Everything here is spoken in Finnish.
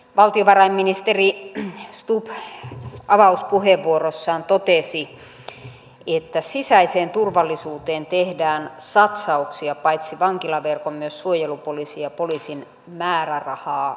valtiovarainministeri stubb avauspuheenvuorossaan totesi että sisäiseen turvallisuuteen tehdään satsauksia paitsi vankilaverkon myös suojelupoliisin ja poliisin määrärahaa korottamalla